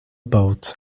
boat